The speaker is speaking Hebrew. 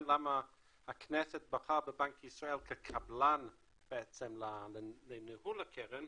למה הכנסת בחרה בבנק ישראל כקבלן לניהול הקרן,